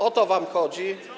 O to wam chodzi?